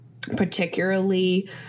particularly